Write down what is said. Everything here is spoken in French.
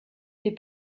fait